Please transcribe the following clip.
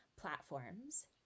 platforms